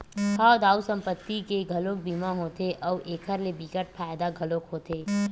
हव दाऊ संपत्ति के घलोक बीमा होथे अउ एखर ले बिकट फायदा घलोक होथे